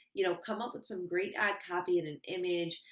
you know, come up with some great ad copy, and an image,